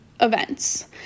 events